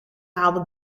haalde